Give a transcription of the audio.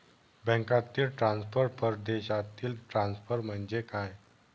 बँकांतील ट्रान्सफर, परदेशातील ट्रान्सफर म्हणजे काय?